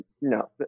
no